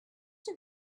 have